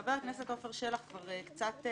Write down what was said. חבר הכנסת עפר שלח כבר פירט קצת.